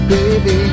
Baby